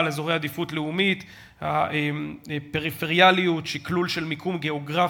כפי שאת זוכרת,